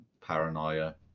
paranoia